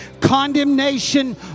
condemnation